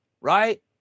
right